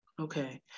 okay